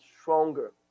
stronger